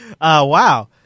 wow